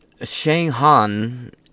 Shanghan